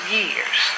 years